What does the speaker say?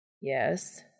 Yes